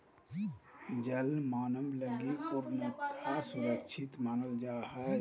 जल मानव लगी पूर्णतया सुरक्षित मानल जा हइ